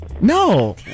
No